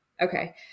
Okay